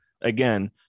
Again